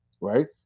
Right